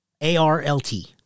a-r-l-t